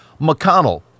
McConnell